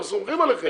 אנחנו סומכים עליכם.